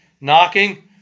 knocking